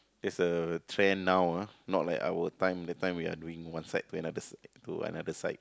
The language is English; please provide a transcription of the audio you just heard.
there's a trend now ah not like our time that time we are doing one side to another s~ to another side